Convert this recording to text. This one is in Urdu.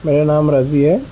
میرا نام رضی ہے